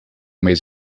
mês